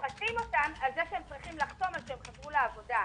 וסוחטים אותם על זה שהם צריכים לחתום שהם חזרו לעבודה.